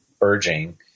urging